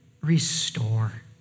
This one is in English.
Restore